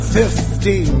fifty